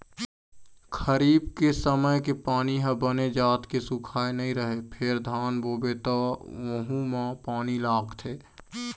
खरीफ के समे के पानी ह बने जात के सुखाए नइ रहय फेर धान बोबे त वहूँ म पानी लागथे